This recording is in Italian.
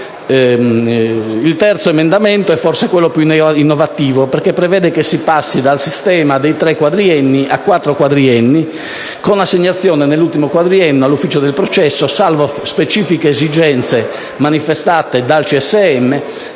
Il terzo emendamento è forse quello più innovativo, perché prevede che si passi dal sistema dei tre quadrienni a quattro quadrienni, con l'assegnazione nell'ultimo quadriennio all'ufficio per il processo, salvo specifiche esigenze manifestate dal CSM,